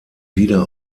wieder